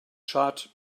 schad